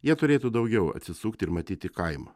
jie turėtų daugiau atsisukt ir matyti kaimą